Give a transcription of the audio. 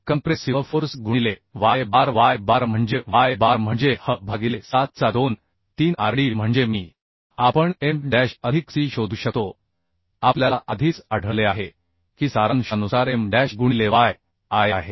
compressive force गुणिले y bar y bar म्हणजे y bar म्हणजे h भागिले 7 चा 23rd म्हणजे मी आपण M डॅश अधिक C शोधू शकतो आपल्याला आधीच आढळले आहे की सारांशानुसारM डॅश गुणिले yi आहे